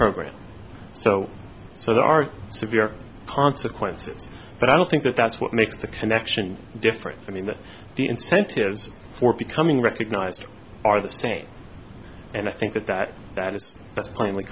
program so so there are severe consequences but i don't think that that's what makes the connection different i mean that the incentives for becoming recognized are the same and i think that that that is just plainly